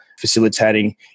facilitating